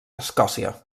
escòcia